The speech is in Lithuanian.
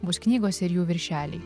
bus knygos ir jų viršeliai